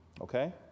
okay